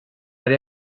àrea